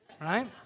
Right